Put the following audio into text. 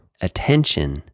Attention